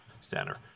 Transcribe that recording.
center